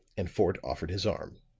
and fort offered his arm.